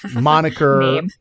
moniker